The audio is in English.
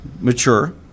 mature